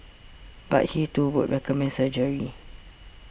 but he too would recommend surgery